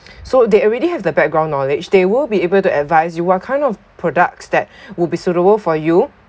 so they already have the background knowledge they will be able to advise you what kind of products that will be suitable for you